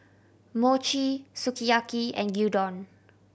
Mochi Sukiyaki and Gyudon